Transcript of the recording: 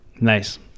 Nice